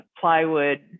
plywood